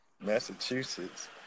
Massachusetts